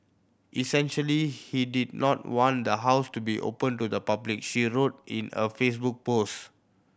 essentially he did not want the house to be open to the public she wrote in a Facebook post